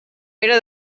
pere